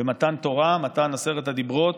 במתן תורה, מתן עשרת הדיברות,